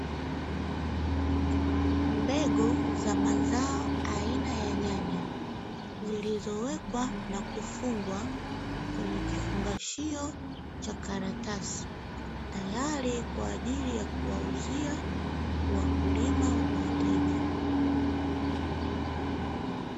Mbegu za mazao aina ya nyanya, zilizowekwa na kufungwa kwenye kifungashio cha karatasi, tayari kwa ajili ya kuwauzia wakulima wateja.